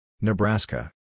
Nebraska